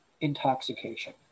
intoxication